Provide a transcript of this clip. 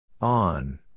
On